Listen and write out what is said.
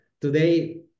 today